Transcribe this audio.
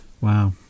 wow